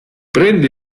prende